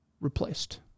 replaced